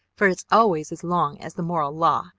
for it's always as long as the moral law,